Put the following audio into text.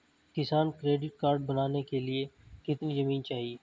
किसान credit card बनाने के लिए कितनी जमीन चाहिए?